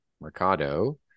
Mercado